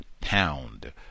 pound